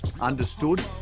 understood